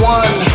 one